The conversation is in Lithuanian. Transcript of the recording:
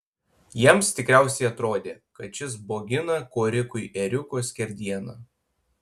jiems tikriausiai atrodė kad šis bogina korikui ėriuko skerdieną